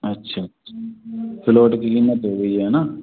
अच्छा अच्छा पलोट की किमत हो गई है ना